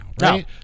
right